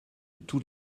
tous